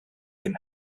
him